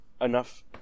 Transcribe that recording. enough